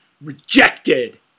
rejected